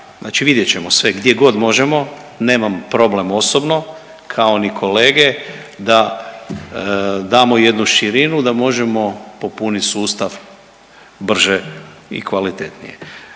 Dakle vidjet ćemo sve, gdje god možemo, nemam problem osobno, kao ni kolege, da damo jednu širinu, da možemo popunit sustav brže i kvalitetnije.